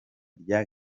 rya